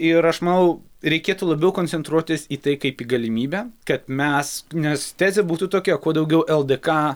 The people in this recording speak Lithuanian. ir aš manau reikėtų labiau koncentruotis į tai kaip į galimybę kad mes nes tezė būtų tokia kuo daugiau ldk